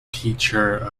teacher